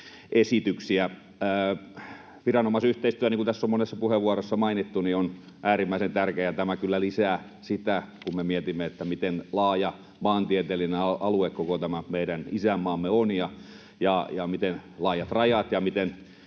esityksiä. Viranomaisyhteistyö, niin kuin tässä on monessa puheenvuorossa mainittu, on äärimmäisen tärkeää, ja tämä kyllä lisää sitä, kun me mietimme, miten laaja maantieteellinen alue koko tämä meidän isänmaamme on ja miten laajat rajat ja miten